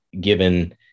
given